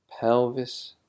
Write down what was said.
pelvis